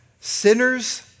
sinners